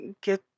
get